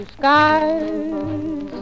Skies